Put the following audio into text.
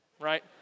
right